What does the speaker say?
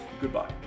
goodbye